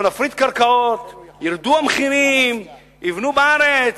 אנחנו נפריט קרקעות, ירדו המחירים, יבנו בארץ.